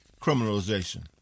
criminalization